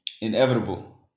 Inevitable